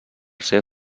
ser